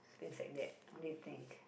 is like that only thing